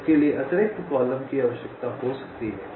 तो इसके लिए अतिरिक्त कॉलम की आवश्यकता हो सकती है